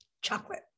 Chocolate